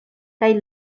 kaj